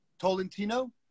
Tolentino